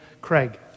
Craig